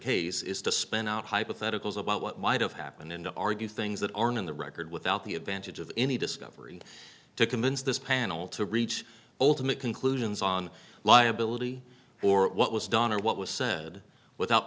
case is to spin out hypotheticals about what might have happened and to argue things that aren't on the record without the advantage of any discovery to convince this panel to reach ultimate conclusions on liability for what was done or what was said without